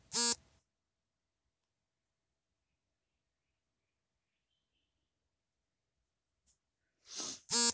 capsicum ಇದನ್ನು ಸೀಮೆ ಮೆಣಸಿನಕಾಯಿ, ಅಥವಾ ಗುಂಡು ಮೆಣಸಿನಕಾಯಿ, ದಪ್ಪಮೆಣಸಿನಕಾಯಿ ಎಂದೆಲ್ಲ ಕರಿತಾರೆ